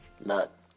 Look